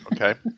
Okay